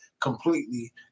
completely